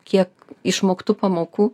kiek išmoktų pamokų